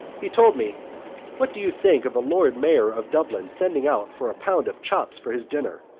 he told me what do you think of a lord mayor of dublin sending out for a pound of chops for his dinner?